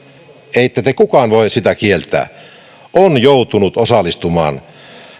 ette te kukaan voi sitä kieltää on joutunut osallistumaan